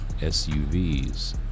SUVs